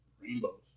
rainbows